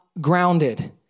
grounded